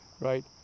right